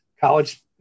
college